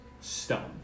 stone